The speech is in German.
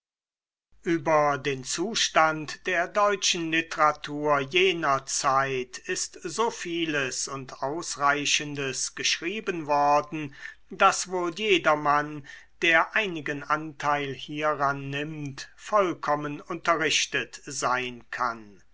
über den zustand der deutschen literatur jener zeit ist so vieles und ausreichendes geschrieben worden daß wohl jedermann der einigen anteil hieran nimmt vollkommen unterrichtet sein kann